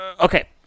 Okay